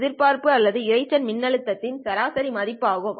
எதிர்பார்ப்பு அல்லது இரைச்சல் மின்னழுத்த்தின் சராசரி மதிப்பு ஆகும்